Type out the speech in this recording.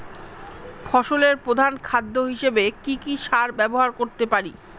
ফসলের প্রধান খাদ্য হিসেবে কি কি সার ব্যবহার করতে পারি?